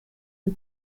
and